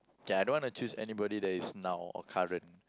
okay I don't wanna chose anybody that is now or current